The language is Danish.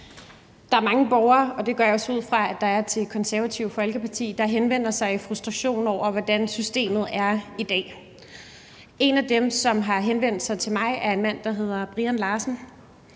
Der er mange borgere – og det går jeg ud fra at Konservative Folkeparti også oplever – der henvender sig i frustration over, hvordan systemet er i dag. En af dem, som har henvendt sig til mig, er en mand, der hedder Brian Larsen.